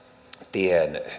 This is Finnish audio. tien